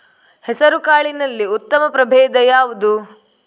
ಹೆಸರುಕಾಳಿನಲ್ಲಿ ಉತ್ತಮ ಪ್ರಭೇಧ ಯಾವುದು?